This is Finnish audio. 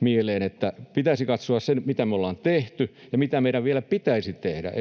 mieleen. Pitäisi katsoa se, mitä me ollaan tehty ja mitä meidän vielä pitäisi tehdä.